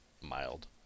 mild